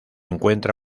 encuentra